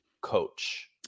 coach